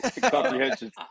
Comprehension